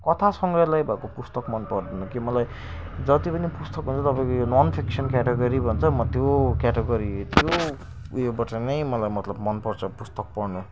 कथा सङ्ग्राहलय भएको पुस्तक मनपर्दैन कि मलाई जति पनि पुस्तक हुन्छ तपाईँको यो नन फिक्सन क्याटेगोरी भन्छ म त्यो क्यटागोरी त्यो उयोबाट नै मलाई मतलब मनपर्छ पुस्तक पढ्नु